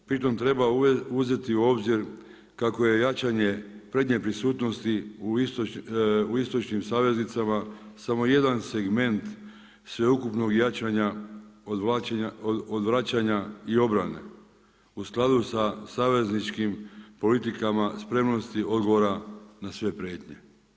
Pri tom treba uzeti u obzir kako je jačanje prednje prisutnosti u istočnim saveznicama samo jedan segment sveukupnog jačanja, odvraćanja i obrane u skladu sa savezničkim politikama spremnosti odgovora na sve prijetnje.